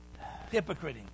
hypocriting